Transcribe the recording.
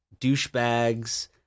douchebags